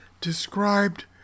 described